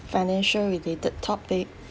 financial related topic